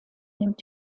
nimmt